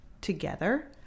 together